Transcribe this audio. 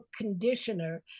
Conditioner